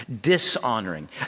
dishonoring